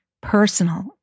personal